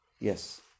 Yes